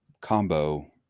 combo